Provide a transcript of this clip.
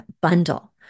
bundle